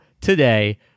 today